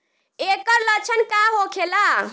ऐकर लक्षण का होखेला?